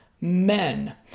men